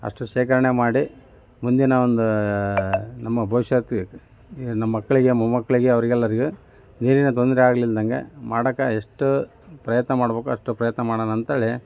ಅಷ್ಟು ಶೇಖರಣೆ ಮಾಡಿ ಮುಂದಿನ ಒಂದು ನಮ್ಮ ಭವಿಷ್ಯತ್ತು ಮಕ್ಕಳಿಗೆ ಮೊಮ್ಮಕ್ಕಳಿಗೆ ಅವರಿಗೇಲ್ಲರಿಗೆ ನೀರಿನ ತೊಂದರೆ ಆಗಲಿಲ್ದಂಗೆ ಮಾಡೋಕ್ಕೆ ಎಷ್ಟು ಪ್ರಯತ್ನ ಮಾಡಬೇಕೋ ಅಷ್ಟು ಪ್ರಯತ್ನ ಮಾಡೋಣಾಂಥೇಳಿ